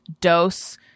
dose